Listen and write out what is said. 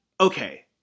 Okay